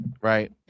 right